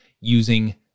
using